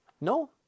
No